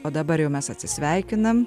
o dabar jau mes atsisveikinam